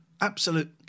Absolute